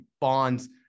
bonds